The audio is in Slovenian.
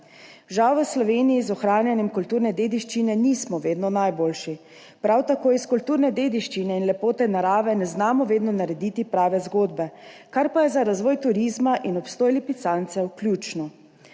Žal v Sloveniji z ohranjanjem kulturne dediščine nismo vedno najboljši, prav tako iz kulturne dediščine in lepote narave ne znamo vedno narediti prave zgodbe, kar pa je za razvoj turizma in obstoj lipicancev ključno.